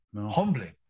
humbling